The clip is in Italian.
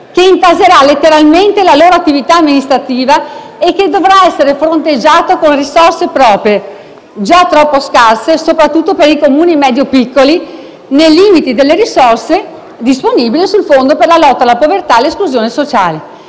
che intaserà letteralmente la loro attività amministrativa e che dovrà essere fronteggiato con risorse proprie - già troppo scarse, soprattutto per i Comuni medio-piccoli - nei limiti delle risorse disponibili sul Fondo per la lotta alla povertà e all'esclusione sociale.